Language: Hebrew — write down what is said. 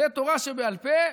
שזה תורה שבעל פה,